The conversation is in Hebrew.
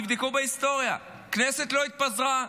תבדקו בהיסטוריה: הכנסת לא התפזרה,